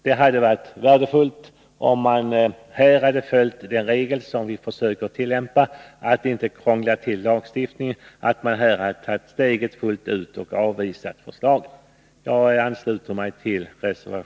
Det hade varit värdefullt om man hade följt regeln om att inte krångla till lagstiftningen och därför avvisat förslaget.